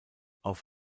auf